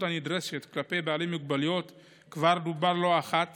הנדרשת כלפי בעלי מוגבלויות כבר דובר לא אחת